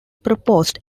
proposed